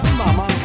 mama